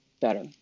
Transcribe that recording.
better